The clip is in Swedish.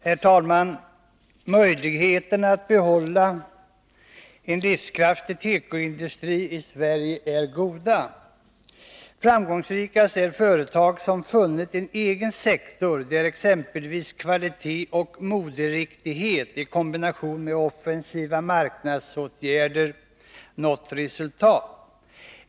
Herr talman! Möjligheterna att behålla livskraftig tekoindustri i Sverige är goda. Framgångsrikast är företag som funnit en egen sektor där exempelvis kvalitet och moderiktighet i kombination med offensiva marknadsåtgärder gett resultat.